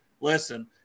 Listen